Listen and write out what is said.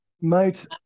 Mate